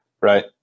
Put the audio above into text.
Right